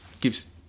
gives